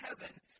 heaven